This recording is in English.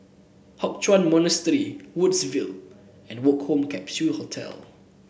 Hock Chuan Monastery Woodsville and Woke Home Capsule Hostel